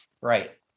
Right